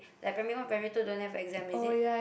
that primary one primary two don't have exam is it